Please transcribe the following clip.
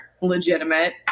legitimate